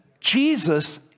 Jesus